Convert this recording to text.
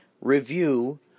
review